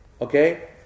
Okay